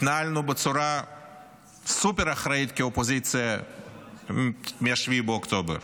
התנהלנו בצורה סופר-אחראית כאופוזיציה מ-7 באוקטובר,